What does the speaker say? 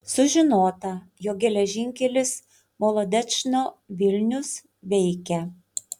sužinota jog geležinkelis molodečno vilnius veikia